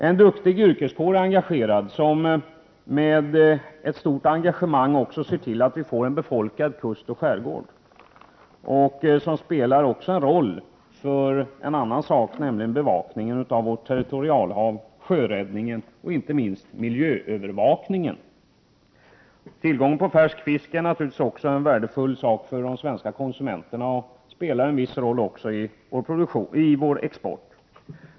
En duktig yrkeskår är engagerad, vilken med stort aktivt intresse också ser till att vi får en befolkad kust och skärgård. Detta spelar en roll även av andra skäl, nämligen bevakningen av vårt territorialhav, sjöräddningen och inte minst miljöövervakningen. Tillgången på färsk fisk är naturligtvis också värdefull för de svenska konsumenterna och spelar en viss roll även för vår export.